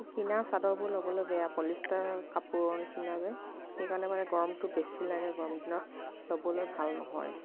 এই কিনা চাদৰবোৰ ল'বলৈ বেয়া পলিষ্টাৰৰ কাপোৰৰ নিচিনা যে সেই কাৰণে মানে গৰমটো বেছি লাগে গৰম দিনত ল'বলৈ ভাল নহয়